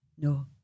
no